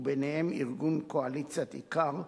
וביניהם ארגון "קואליציית עיקר",